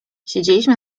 siedzieliśmy